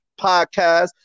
podcast